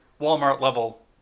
Walmart-level